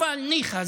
אבל ניחא,